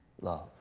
love